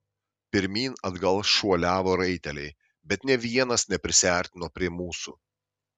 pirmyn atgal šuoliavo raiteliai bet nė vienas neprisiartino prie mūsų